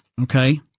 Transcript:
Okay